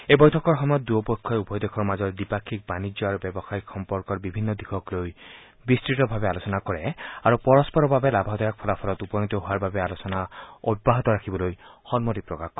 এই বৈঠকৰ সময়ত দুয়ো পক্ষই উভয় দেশৰ মাজৰ দ্বিপাক্ষিক বাণিজ্য আৰু ব্যৱসায়িক সম্পৰ্কৰ বিভিন্ন দিশক লৈ বিস্ততভাৱে আলোচনা কৰে আৰু পৰস্পৰৰ বাবে লাভদায়ক ফলাফলত উপনীত হোৱাৰ বাবে আলোচনা অব্যাহত ৰাখিবলৈ সন্মতি প্ৰকাশ কৰে